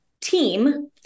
team